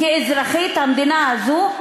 כאזרחית המדינה הזאת,